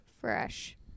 Fresh